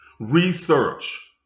Research